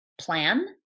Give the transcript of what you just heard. Plan